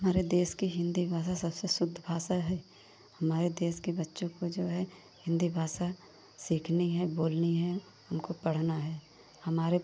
हमारे देश की हिन्दी भाषा सबसे शुद्ध भाषा है हमारे देश के बच्चों को जो है हिन्दी भाषा सीखनी है बोलनी है उनको पढ़ना है हमारे